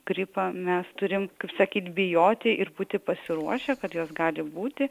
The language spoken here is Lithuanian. gripo mes turim kaip sakyt bijoti ir būti pasiruošę kad jos gali būti